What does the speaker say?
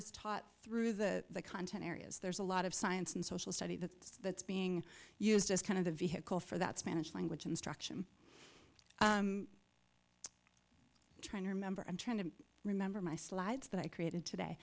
is taught through the content areas there's a lot of science and social study that's that's being used as kind of the vehicle for that spanish language instruction trying to remember and trying to remember my slides that i created today